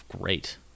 great